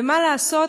ומה לעשות,